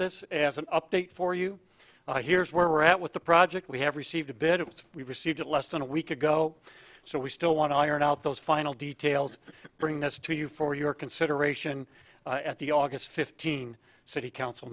this as an update for you here's where we're at with the project we have received a bit we received less than a week ago so we still want to iron out those final details bring this to you for your consideration at the august fifteen city council